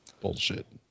Bullshit